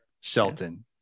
Shelton